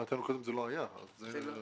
רגע,